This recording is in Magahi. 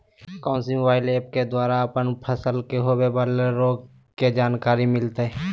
कौन सी मोबाइल ऐप के द्वारा अपन फसल के होबे बाला रोग के जानकारी मिलताय?